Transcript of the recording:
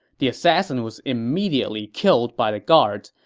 the assassin was immediately killed by the guards,